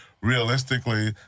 realistically